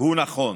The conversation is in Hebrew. הוא נכון.